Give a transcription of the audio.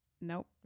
Nope